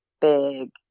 big